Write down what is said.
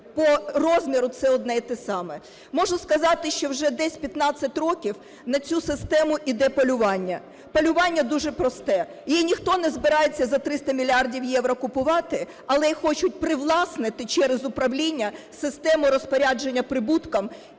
По розміру це одне і те саме. Можу сказати, що вже десь 15 років на цю систему іде полювання. Полювання дуже просте: її ніхто не збирається за 300 мільйонів євро купувати, але її хочуть привласнити через управління системи розпорядження прибутком